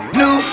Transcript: new